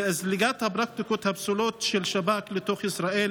לזליגת הפרקטיקות הפסולות של שב"כ לתוך ישראל